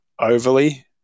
overly